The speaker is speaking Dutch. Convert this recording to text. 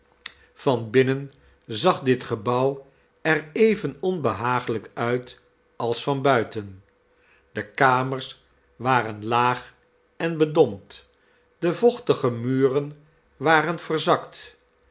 binnen zag dit gebouw er even onbehagelijk uit als van buiten de kamers waren laag en bedompt de vochtige muren waren verzakt